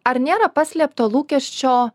ar nėra paslėpto lūkesčio